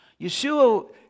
Yeshua